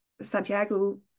Santiago